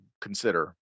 consider